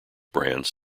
brands